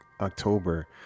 October